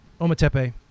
Ometepe